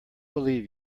believe